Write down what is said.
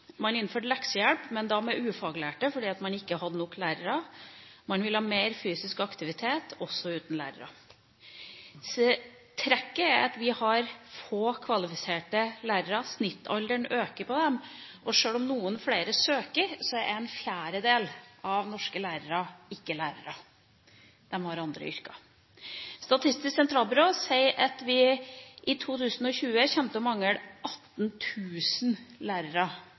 man har innført leksehjelp – men da med ufaglærte, fordi man ikke hadde nok lærere – og man vil ha mer fysisk aktivitet, også uten lærere. Trekket er at vi har få kvalifiserte lærere. Snittalderen øker blant dem, og selv om noen flere søker, er en fjerdedel av norske lærere ikke lærere. De har andre yrker. Statistisk sentralbyrå sier at vi i 2020 kommer til å mangle 18 000 lærere